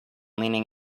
leaning